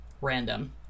random